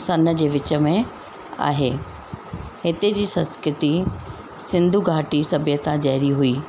सन जे विच में आहे हिते जी संस्कृती सिंधु घाटी सभ्यता जहिड़ी हुई